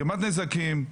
גרימת נזקים.